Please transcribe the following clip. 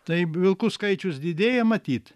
taip vilkų skaičius didėja matyt